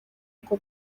ako